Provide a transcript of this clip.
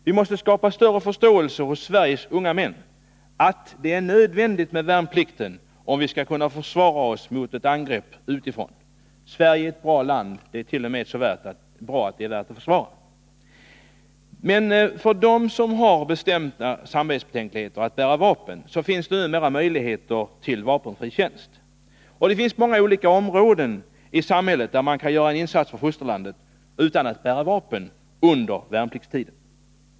Vi måste skapa större förståelse hos Sveriges unga män för att det är nödvändigt med värnplikten, om vi skall kunna försvara oss mot ett angrepp utifrån. Sverige är ett bra land — det är så bra att det är värt att försvara. Men för dem som har bestämda samvetsbetänkligheter mot att bära vapen finns det numera möjligheter till vapenfri tjänst. Det finns många olika områden i samhället där man kan göra en insats för fosterlandet utan att bära vapen under värnpliktstiden.